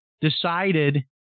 decided